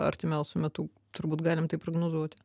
artimiausiu metu turbūt galim tai prognozuoti